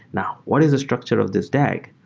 now, what is the structure of this dag?